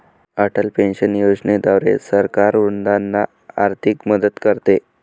Atal pension योजनेद्वारे सरकार वृद्धांना आर्थिक मदत करते